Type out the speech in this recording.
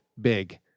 big